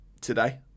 today